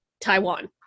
Taiwan